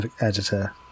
editor